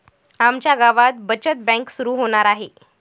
आमच्या गावात बचत बँक सुरू होणार आहे